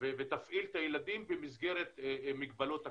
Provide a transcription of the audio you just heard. ותפעיל את הילדים במסגרת מגבלות הקורונה.